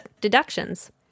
deductions